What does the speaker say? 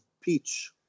Peach